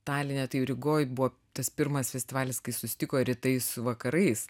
taline rygoj buvo tas pirmas festivalis kai susitiko rytai su vakarais